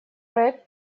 проект